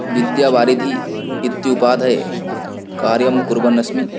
विद्यावारिधि इत्युपाधये कार्यं कुर्वन् अस्मि